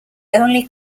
only